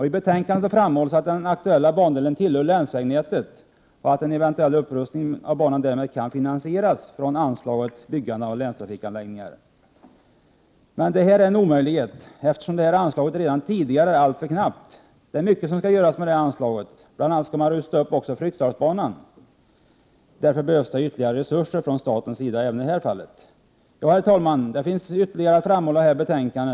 I betänkandet framhålls att den aktuella bandelen tillhör länsvägnätet och att en eventuell upprustning av banan därmed kan finansieras från anslaget för byggande av länstrafikanläggningar. Det är dock en omöjlighet, eftersom det anslaget redan tidigare är alltför knappt. Det är mycket som skall göras med detta anslag. Man skall bl.a. rusta upp Fryksdalsbanan. Därför behövs ytterligare resurser från statens sida även i detta fall. Herr talman! Det finns ytterligare frågor att framhålla i samband med detta betänkande.